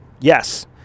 yes